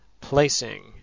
Placing